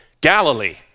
Galilee